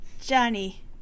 Johnny